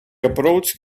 approached